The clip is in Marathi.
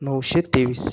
नऊशे तेवीस